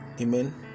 Amen